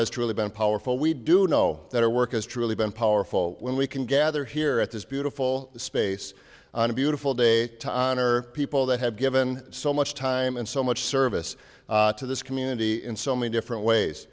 truly been powerful we do know that our work has truly been powerful when we can gather here at this beautiful space on a beautiful day to honor people that have given so much time and so much service to this community in so many different ways